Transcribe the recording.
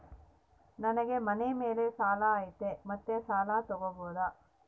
ನನಗೆ ಮನೆ ಮೇಲೆ ಸಾಲ ಐತಿ ಮತ್ತೆ ಸಾಲ ತಗಬೋದ?